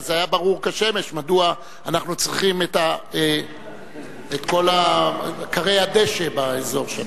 אז היה ברור כשמש מדוע אנחנו צריכים את כל כרי הדשא באזור שם.